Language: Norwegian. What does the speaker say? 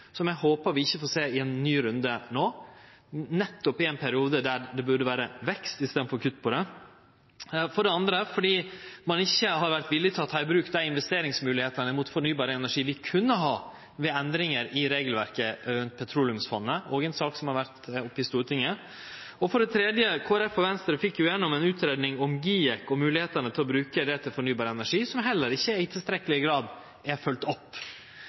eg håpar vi ikkje får sjå i ein ny runde no, nettopp i ein periode der det burde vere vekst i staden for kutt på dette området. For det andre er det fordi ein ikkje har vore villig til å ta i bruk dei investeringsmoglegheitene innanfor fornybar energi som vi kunne ha, ved endringar i regelverket rundt petroleumsfondet. Dette er også ei sak som har vore oppe i Stortinget. For det tredje fekk Kristeleg Folkeparti og Venstre gjennom ei utgreiing om GIEK og moglegheitene til å bruke det til fornybar energi, som heller ikkje i tilstrekkeleg grad er følgt opp.